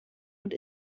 und